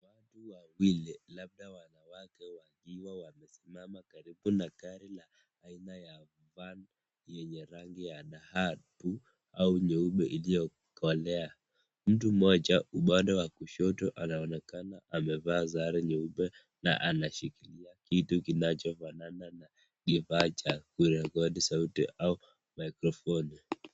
Watu wawili labda wanawake wakiwa wamesimama karibu na gari la haina ya watu yenye rangi ya dhahabu au nyeupe iliyo kolea mtu moja upande wa kushoto anaonekana amevaa sare nyeupe na anashikilia kitu kinachofanana na kifaa cha kurekodi sauti au mikrofoni.